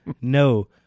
No